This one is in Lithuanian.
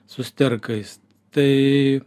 su sterkais tai